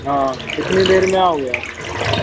हाँ कितनी देर में आओगे